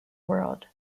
world